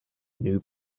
new